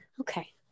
Okay